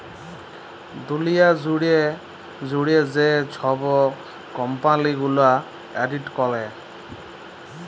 দুঁলিয়া জুইড়ে যে ছব কম্পালি গুলা অডিট ক্যরে